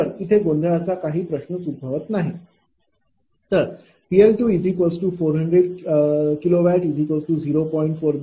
तर इथे गोंधळाचा काही प्रश्नच उद्भवणार नाही बरोबर